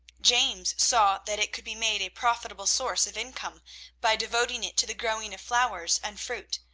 james saw that it could be made a profitable source of income by devoting it to the growing of flowers and fruit,